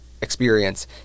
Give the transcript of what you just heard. experience